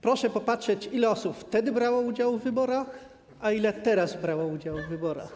Proszę popatrzeć, ile osób wtedy brało udział w wyborach, a ile teraz brało udział w wyborach.